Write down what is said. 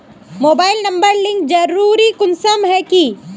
Mobile number link जरुरी कुंसम है की?